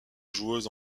joueuse